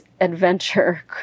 adventure